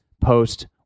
post